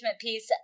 piece